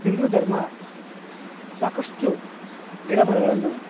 ಹಿಂದೂ ಧರ್ಮ ಸಾಕಷ್ಟು ಗಿಡ ಮರಗಳನ್ನು